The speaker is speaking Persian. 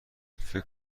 فکر